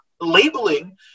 labeling